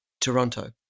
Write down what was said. Toronto